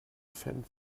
fan